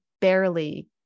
barely